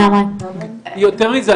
יותר מזה,